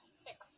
six